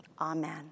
Amen